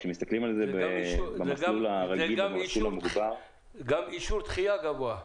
כשמסתכלים על זה במסלול הרגיל --- זה גם אישור דחיה גבוה.